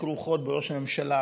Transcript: שכרוכות בראש הממשלה,